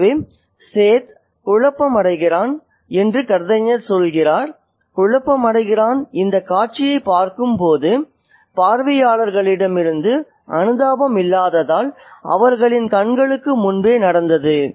ஆகவே சேத் "குழப்பமடைகிறான்" என்று கதைஞர் சொல்கிறார் குழப்பமடைகிறான் இந்த காட்சியைப் பார்க்கும் பார்வையாளர்களிடமிருந்து அனுதாபம் இல்லாததால் அவர்களின் கண்களுக்கு முன்பே நடந்தது